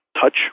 touch